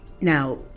Now